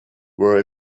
were